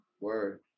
Word